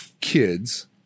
kids